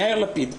יאיר לפיד,